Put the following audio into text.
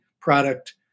product